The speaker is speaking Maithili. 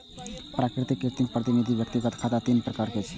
प्राकृतिक, कृत्रिम आ प्रतिनिधि व्यक्तिगत खाता तीन प्रकार छियै